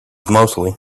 mostly